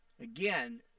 again